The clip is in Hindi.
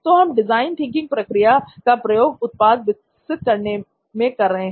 तो हम डिजाइन थिंकिंग प्रक्रिया का प्रयोग उत्पाद विकसित करने में कर रहे हैं